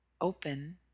open